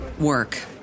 work